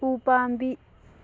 ꯎꯄꯥꯝꯕꯤ